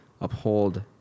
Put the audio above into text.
uphold